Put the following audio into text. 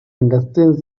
understands